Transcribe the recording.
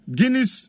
Guinness